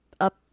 up